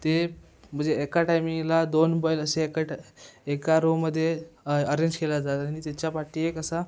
ते म्हणजे एका टायमिंगला दोन बैल असे एका टा एका रोमध्ये अ अरेंज केल्या जातात आणि त्याच्या पाठी एक असा